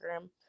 Instagram